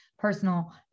personal